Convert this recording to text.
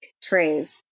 phrase